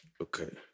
okay